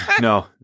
No